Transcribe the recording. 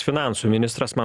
finansų ministras man